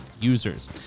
users